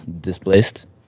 displaced